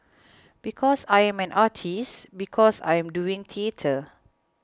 because I am an artist because I am doing theatre